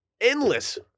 endless